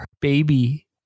baby